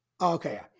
okay